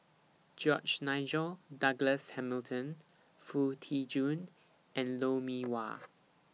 George Nigel Douglas Hamilton Foo Tee Jun and Lou Mee Wah